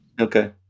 Okay